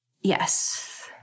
Yes